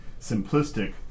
simplistic